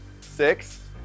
Six